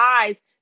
eyes